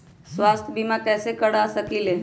स्वाथ्य बीमा कैसे करा सकीले है?